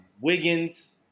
Wiggins